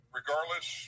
regardless